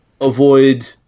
avoid